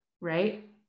Right